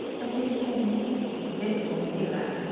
as if he had been tasting invisible madeira.